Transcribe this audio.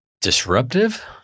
Disruptive